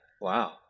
Wow